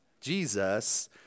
Jesus